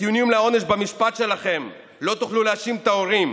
בטיעונים לעונש במשפט שלכם לא תוכלו להאשים את ההורים,